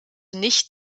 nicht